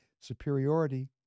superiority